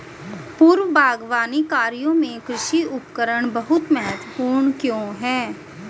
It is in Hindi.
पूर्व बागवानी कार्यों में कृषि उपकरण बहुत महत्वपूर्ण क्यों है?